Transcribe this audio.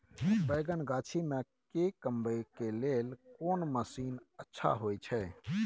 बैंगन गाछी में के कमबै के लेल कोन मसीन अच्छा होय छै?